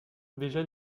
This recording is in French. déjà